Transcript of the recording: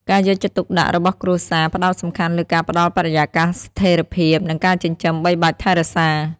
ការយកចិត្តទុកដាក់របស់គ្រួសារផ្តោតសំខាន់លើការផ្ដល់បរិយាកាសស្ថិរភាព និងការចិញ្ចឹមបីបាច់ថែរក្សា។